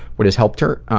what has helped her?